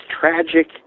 tragic